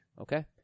Okay